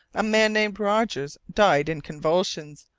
a man named rogers, died in convulsions,